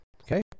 Okay